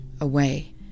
away